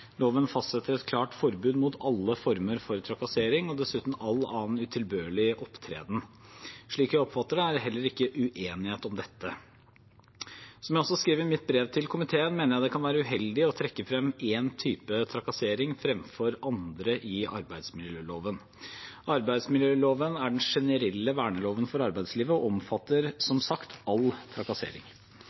Loven fastsetter et klart forbud mot alle former for trakassering og dessuten all annen utilbørlig opptreden. Slik jeg oppfatter det, er det heller ikke uenighet om dette. Som jeg også skrev i mitt brev til komiteen, mener jeg det kan være uheldig å trekke frem én type trakassering fremfor andre i arbeidsmiljøloven. Arbeidsmiljøloven er den generelle verneloven for arbeidslivet og omfatter, som sagt, all trakassering.